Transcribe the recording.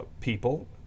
people